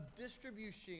distribution